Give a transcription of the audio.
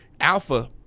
Alpha